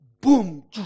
boom